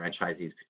franchisees